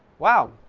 wow,